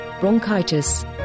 bronchitis